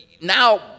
now